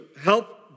help